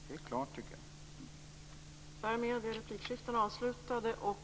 Det är klart, tycker jag.